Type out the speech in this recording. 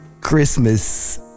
Christmas